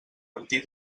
partir